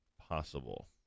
possible